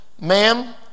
ma'am